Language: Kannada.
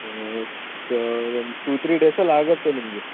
ಒನ್ ಟು ತ್ರಿ ಡೇಸಲ್ಲಾಗುತ್ತೆ ನಿಮಗೆ